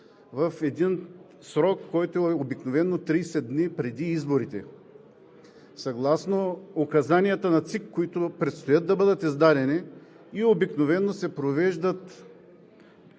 в един срок, който е обикновено 30 дни преди изборите, съгласно указанията на ЦИК, които предстои да бъдат издадени и обикновено се провеждат